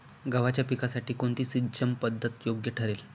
गव्हाच्या पिकासाठी कोणती सिंचन पद्धत योग्य ठरेल?